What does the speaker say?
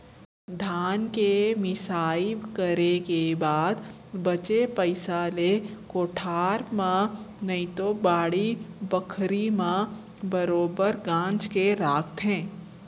धान के मिंसाई करे के बाद बचे पैरा ले कोठार म नइतो बाड़ी बखरी म बरोगर गांज के रखथें